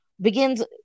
begins